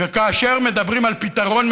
וכאשר מדברים על פתרון,